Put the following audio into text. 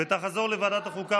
ותחזור לוועדת החוקה,